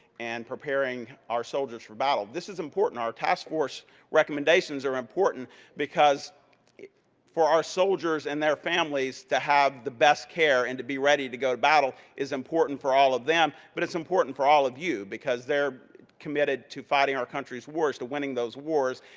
and preparing our soldiers for battle. this is important. our task force recommendations are important because for our soldiers and their families to have the best care and to be ready to go to battle is important for all of them. but it's important for all of you because they're committed to fighting our country's wars, to winning those wars,